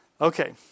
Okay